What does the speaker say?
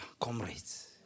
comrades